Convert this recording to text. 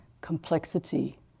complexity